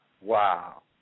Wow